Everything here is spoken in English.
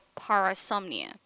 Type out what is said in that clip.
parasomnia